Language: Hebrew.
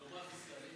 בקומה הפיסקלית?